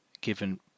given